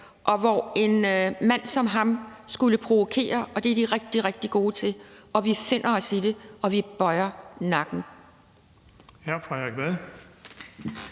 dag, hvor en mand som ham skulle provokere, og det er de rigtig, rigtig gode til. Og vi finder os i det, og vi bøjer nakken.